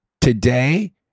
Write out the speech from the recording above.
Today